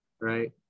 right